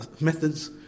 methods